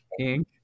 Inc